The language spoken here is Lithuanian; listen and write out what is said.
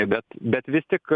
bet bet vis tik